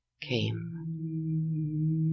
came